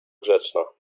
grzeczna